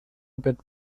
opět